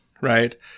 right